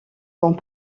sont